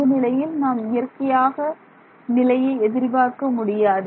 இந்த நிலையில் நாம் இயற்கையாக நிலையை எதிர்பார்க்க முடியாது